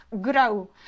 grow